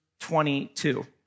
22